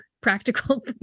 practical